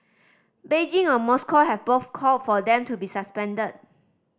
Beijing or Moscow have both called for them to be suspended